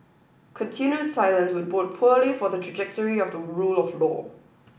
continued silence would bode poorly for the trajectory of the rule of law